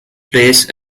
place